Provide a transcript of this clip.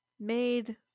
made